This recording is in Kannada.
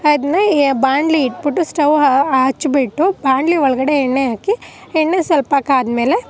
ಅದನ್ನ ಬಾಣಲಿ ಇಟ್ಬಿಟ್ಟು ಸ್ಟೌವ್ ಹಚ್ಚಿಬಿಟ್ಟು ಬಾಣಲಿ ಒಳಗಡೆ ಎಣ್ಣೆ ಹಾಕಿ ಎಣ್ಣೆ ಸ್ವಲ್ಪ ಕಾದಮೇಲೆ